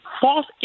false